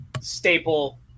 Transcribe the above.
staple